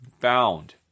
bound